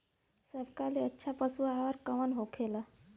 सबका ले अच्छा पशु आहार कवन होखेला?